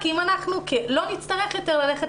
כי אם אנחנו לא נצטרך יותר ללכת